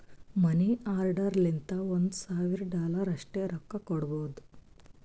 ಮನಿ order ಲಿಂತ ಒಂದ್ ಸಾವಿರ ಡಾಲರ್ ಅಷ್ಟೇ ರೊಕ್ಕಾ ಕೊಡ್ಬೋದ